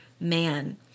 man